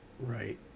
Right